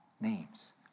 names